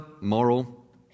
moral